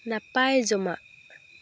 ᱱᱟᱯᱟᱭ ᱡᱚᱢᱟᱜ